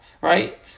right